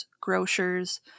grocers